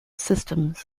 systems